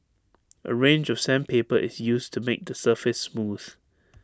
A range of sandpaper is used to make the surface smooth